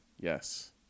Yes